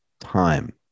time